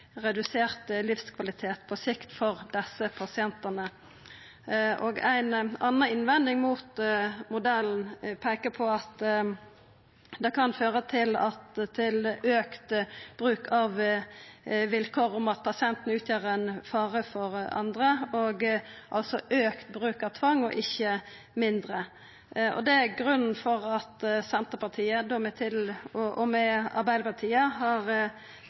redusert livskvalitet på sikt for desse pasientane. Ei anna innvending mot modellen er at det kan føra til auka bruk av vilkåret om at pasienten utgjer ein fare for andre, altså auka bruk av tvang og ikkje mindre. Det er grunnen til at Senterpartiet og Arbeidarpartiet har fremja forslag om å